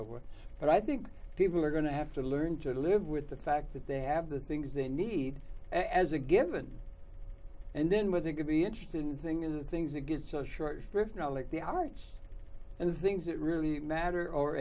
it's but i think people are going to have to learn to live with the fact that they have the things they need as a given and then was it could be interesting thing is the things that get so short shrift not like the arts and the things that really matter or